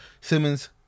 Simmons